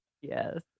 Yes